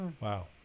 Wow